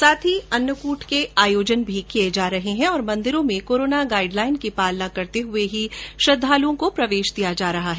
आज ही अन्नकट के आयोजन भी किये जा रहे हैं और मंदिरों में कोरोना गाईडलाईन की पालना करते हये ही श्रद्वालुओं को प्रवेश दिया जा रहा है